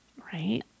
Right